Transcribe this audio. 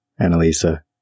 Annalisa